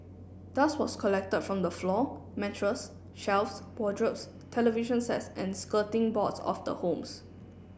dust was collected from the floor mattress shelves wardrobes television sets and skirting boards of the homes